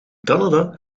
canada